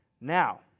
Now